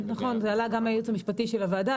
נכון, זה עלה גם מהיועץ המשפטי של הוועדה.